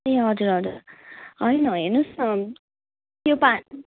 ए हजुर हजुर होइन हेर्नु होस् न यो पानी